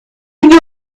you